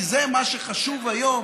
כי זה מה שחשוב היום